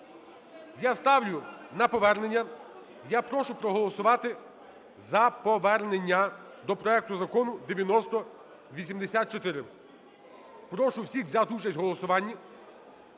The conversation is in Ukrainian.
Я ставлю на повернення. Я прошу проголосувати за повернення до проекту Закону 9084. Прошу всіх взяти участь в голосуванні.